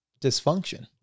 dysfunction